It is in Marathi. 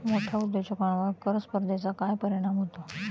मोठ्या उद्योजकांवर कर स्पर्धेचा काय परिणाम होतो?